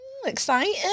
exciting